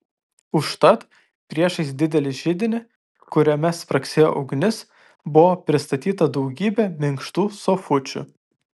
užtat priešais didelį židinį kuriame spragsėjo ugnis buvo pristatyta daugybė minkštų sofučių